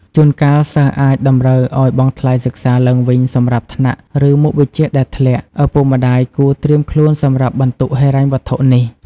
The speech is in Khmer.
ជួនកាល សិស្សអាចតម្រូវឲ្យបង់ថ្លៃសិក្សាឡើងវិញសម្រាប់ថ្នាក់ ឬមុខវិជ្ជាដែលធ្លាក់ ឪពុកម្តាយគួរត្រៀមខ្លួនសម្រាប់បន្ទុកហិរញ្ញវត្ថុនេះ។